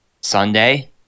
Sunday